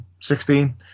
16